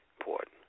important